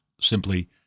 simply